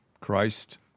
Christ